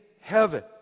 heaven